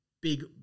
big